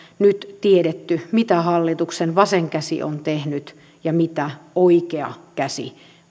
nyt tiedetty mitä hallituksen vasen käsi on tehnyt ja mitä oikea käsi